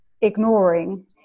ignoring